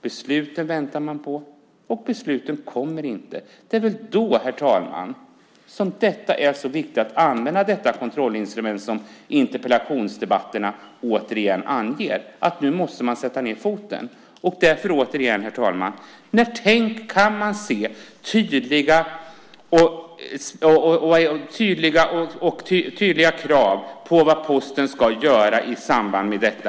Besluten väntar vi på, men besluten kommer inte. Det är därför så viktigt, herr talman, att använda det kontrollinstrument som interpellationsdebatterna utgör för att tala om att nu måste man sätta ned foten. Återigen: När kan vi se tydliga krav på vad Posten ska göra i det här avseendet?